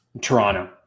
Toronto